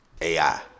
AI